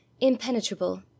impenetrable